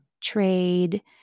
trade